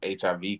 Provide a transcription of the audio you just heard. HIV